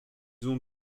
ont